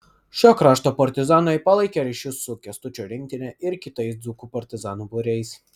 šio krašto partizanai palaikė ryšius su kęstučio rinktine ir kitais dzūkų partizanų būriais